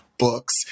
books